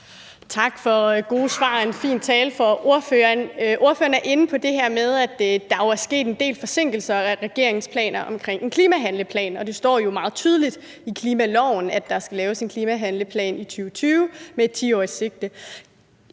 Tak for gode svar og en fin tale fra ordføreren. Ordføreren er inde på det her med, at der jo er sket en del forsinkelser af regeringens planer omkring en klimahandleplan, og det står meget tydeligt i klimaloven, at der skal laves en klimahandleplan i 2020 med et 10-årigt sigte.